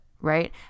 right